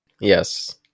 Yes